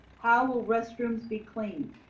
how will restrooms be cleaned?